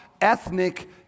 ethnic